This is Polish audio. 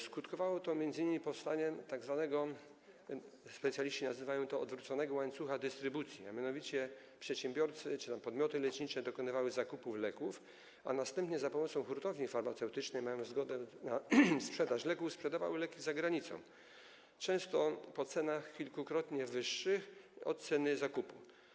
Skutkowało to m.in. powstaniem, jak to nazywają specjaliści, tzw. odwróconego łańcucha dystrybucji, a mianowicie przedsiębiorcy czy podmioty lecznicze dokonywały zakupów leków, a następnie za pomocą hurtowni farmaceutycznej, mając zgodę na sprzedaż leków, sprzedawały leki za granicą, często po cenach kilkukrotnie wyższych od ceny zakupu.